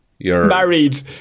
Married